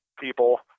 people